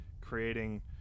Creating